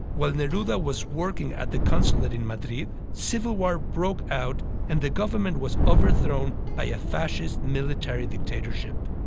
while neruda was working at the consulate in madrid, civil war broke out and the government was overthrown by a fascist military dictatorship.